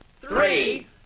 three